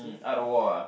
Art of War ah